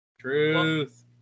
Truth